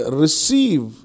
receive